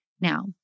Now